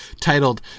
titled